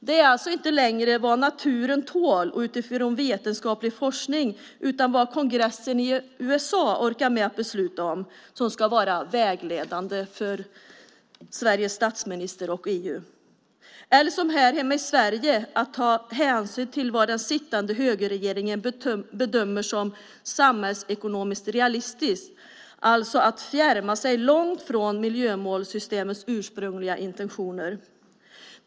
Det är alltså inte längre vad naturen tål utifrån vetenskaplig forskning utan vad kongressen i USA orkar med att besluta om som ska vara vägledande för Sveriges statsminister och EU. Här hemma i Sverige handlar det om att ta hänsyn till vad den sittande högerregeringen bedömer som samhällsekonomiskt realistiskt, det vill säga att fjärma sig långt från miljömålssystemets ursprungliga intentioner.